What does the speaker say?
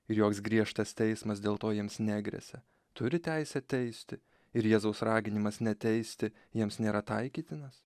ir joks griežtas teismas dėl to jiems negresia turi teisę teisti ir jėzaus raginimas neteisti jiems nėra taikytinas